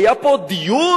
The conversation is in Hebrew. היה פה דיון.